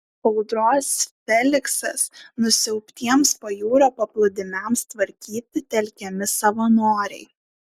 audros feliksas nusiaubtiems pajūrio paplūdimiams tvarkyti telkiami savanoriai